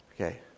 Okay